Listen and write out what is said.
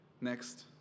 Next